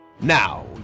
Now